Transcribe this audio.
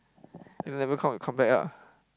never count you count back ah